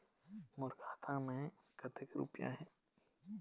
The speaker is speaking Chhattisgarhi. मोर खाता मैं कतक रुपया हे?